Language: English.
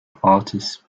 artists